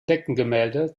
deckengemälde